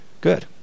good